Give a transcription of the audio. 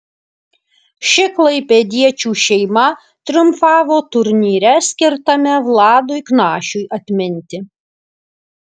ši klaipėdiečių šeima triumfavo turnyre skirtame vladui knašiui atminti